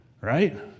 Right